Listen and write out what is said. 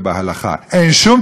אין תשובה אחרת.